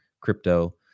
crypto